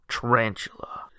Tarantula